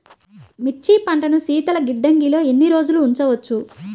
మిర్చి పంటను శీతల గిడ్డంగిలో ఎన్ని రోజులు ఉంచవచ్చు?